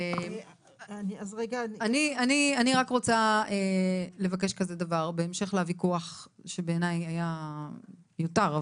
אני רק רוצה לבקש בהמשך לוויכוח שבעיניי היה מיותר.